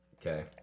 Okay